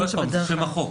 זה שם החוק.